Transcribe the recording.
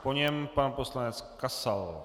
Po něm pan poslanec Kasal.